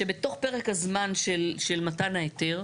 שבתוך פרק הזמן של מתן ההיתר,